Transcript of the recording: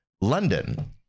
London